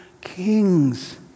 kings